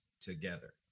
together